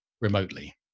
remotely